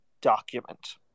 document